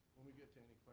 when we get to